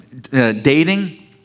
dating